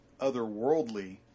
otherworldly